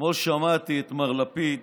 אתמול שמעתי את מר לפיד